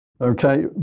okay